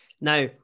now